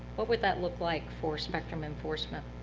what would that look like for spectrum enforcement?